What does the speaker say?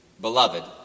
beloved